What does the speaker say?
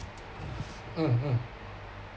mm mm